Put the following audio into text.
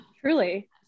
truly